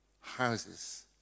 houses